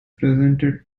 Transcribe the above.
presented